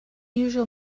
usual